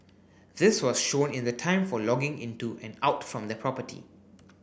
this was shown in the time for logging into and out from the property